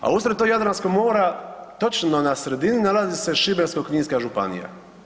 A usred tog Jadranskog mora točno na sredini nalazi se Šibensko-kninska županija.